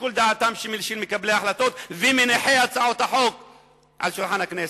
לשיקול דעתם של מקבלי ההחלטות ומניחי הצעות החוק על שולחן הכנסת?